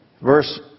verse